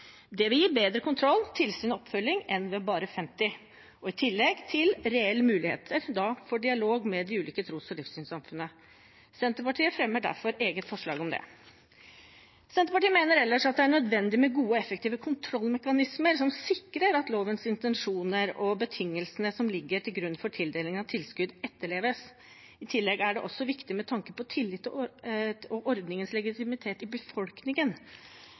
Det vil gi bedre kontroll, tilsyn og oppfølging enn ved bare 50 – i tillegg til reell mulighet til dialog med de ulike tros- og livssynssamfunnene. Senterpartiet fremmer derfor eget forslag om det. Senterpartiet mener ellers at det er nødvendig med gode og effektive kontrollmekanismer som sikrer at lovens intensjoner og betingelsene som ligger til grunn for tildeling av tilskudd, etterleves. I tillegg er det også viktig med tanke på tillit og ordningens legitimitet i befolkningen.